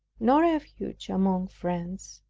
no refuge among friends,